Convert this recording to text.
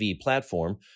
platform